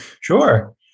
Sure